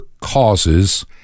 causes